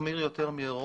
מחמיר יותר מאירופה.